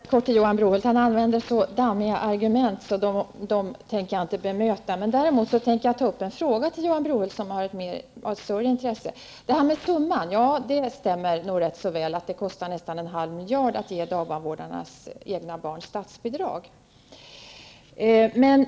Herr talman! Helt kort vill jag säga till Johan Brohult att hans argument är så dammiga att jag inte tänker bemöta dem. Men det finns en fråga här som är av större intresse. Det stämmer ganska väl att statsbidraget till dagbarnvårdares vård av egna barn skulle uppgå till nästan en halv miljard.